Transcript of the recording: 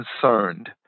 concerned